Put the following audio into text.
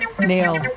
Neil